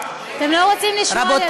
אתם לא רוצים לשמוע על